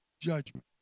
judgment